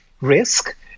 risk